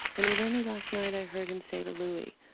and it was only last night i heard him say to louie,